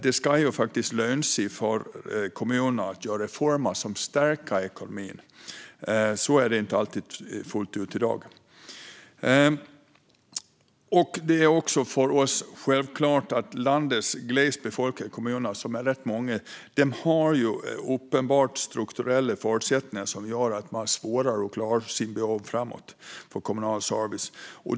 Det ska faktiskt löna sig för kommuner att göra reformer som stärker ekonomin. Så är det inte alltid fullt ut i dag. För oss är det också uppenbart att landets glest befolkade kommuner, som är rätt många, har strukturella förutsättningar som gör att de har svårare att klara framtida behov av kommunal service.